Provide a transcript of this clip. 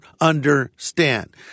understand